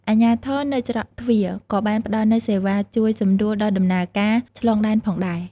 អាជ្ញាធរនៅច្រកទ្វារក៏បានផ្តល់នូវសេវាជួយសម្រួលដល់ដំណើរការឆ្លងដែនផងដែរ។